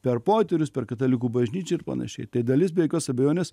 per poterius per katalikų bažnyčią ir panašiai tai dalis be jokios abejonės